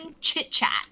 chit-chat